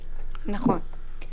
נכון.